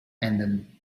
and